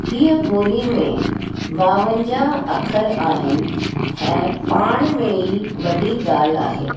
इहा ॿोली में ॿावंजाहु अख़र आहिनि ऐं पाण में ई वॾी ॻाल्हि आहे